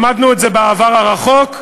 למדנו את זה בעבר הרחוק,